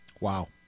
Wow